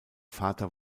vater